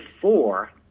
four